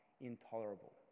intolerable